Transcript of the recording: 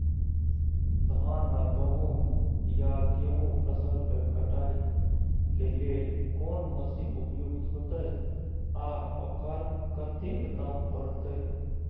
धान आ गहूम या गेहूं फसल के कटाई के लेल कोन मसीन उपयुक्त होतै आ ओकर कतेक दाम परतै?